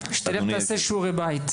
שתלך ותעשה שיעורי בית,